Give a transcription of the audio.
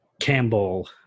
Campbell